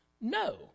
No